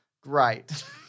Great